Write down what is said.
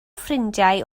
ffrindiau